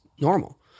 normal